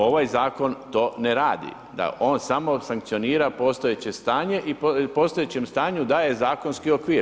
Ovaj zakon to ne radi, da on samo sankcionira postojeće stanje i postojećem stanju daje zakonski okvir.